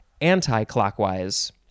anti-clockwise